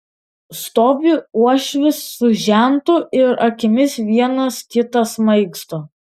stovi uošvis su žentu ir akimis vienas kitą smaigsto